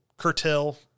curtail